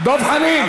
דב חנין.